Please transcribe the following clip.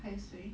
还有谁